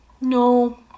No